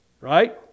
right